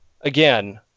again